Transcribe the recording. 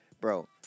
bro